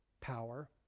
power